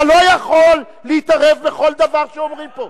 אתה לא יכול להתערב בכל דבר שאומרים פה.